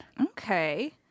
Okay